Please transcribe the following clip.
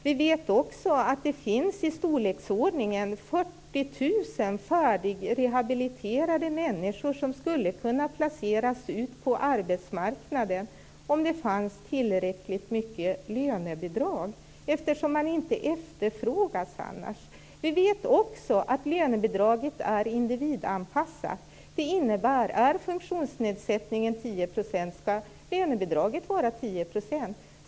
Vi vet också att det finns i storleksordningen 40 000 färdigrehabiliterade människor som skulle kunna placeras ut på arbetsmarknaden om det fanns tillräckligt mycket lönebidrag, eftersom de inte efterfrågas annars. Vi vet också att lönebidraget är individanpassat. skall lönebidraget vara 10 %.